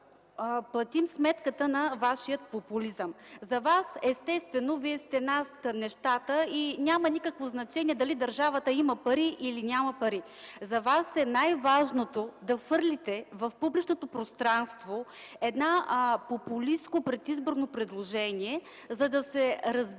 платим сметката на вашия популизъм? За вас, естествено вие сте над нещата и няма никакво значение дали държавата има или няма пари. За вас най-важното е да хвърлите в публичното пространство едно популистко предизборно предложение, за да се разбере: